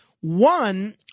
One